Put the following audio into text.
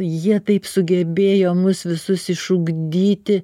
jie taip sugebėjo mus visus išugdyti